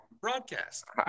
broadcast